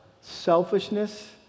Selfishness